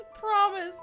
promise